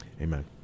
amen